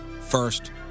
first